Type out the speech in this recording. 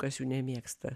kas jų nemėgsta